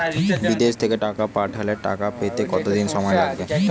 বিদেশ থেকে টাকা পাঠালে টাকা পেতে কদিন সময় লাগবে?